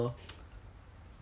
you job is safe